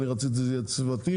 אני רציתי שאלו יהיו צוותים,